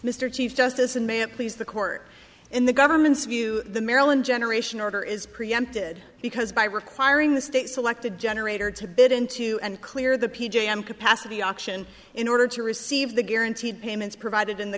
mr chief justice in may it please the court in the government's view the maryland generation order is preempted because by requiring the state selected generator to bid into and clear the p j m capacity auction in order to receive the guaranteed payments provided in the